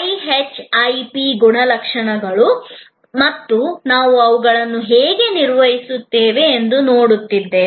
IHIP ಗುಣಲಕ್ಷಣಗಳು ಮತ್ತು ನಾವು ಅವುಗಳನ್ನು ಹೇಗೆ ನಿರ್ವಹಿಸುತ್ತೇವೆ ಎಂದು ನೋಡುತ್ತಿದ್ದೇವೆ